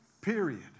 period